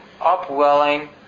upwelling